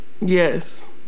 yes